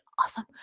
awesome